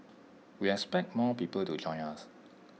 we expect more people to join us